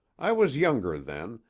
i was younger then,